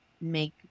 make